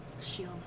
Shield